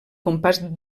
compàs